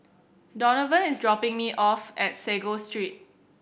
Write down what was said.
Donovan is dropping me off at Sago Street